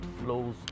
flows